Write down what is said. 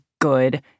good